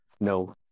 No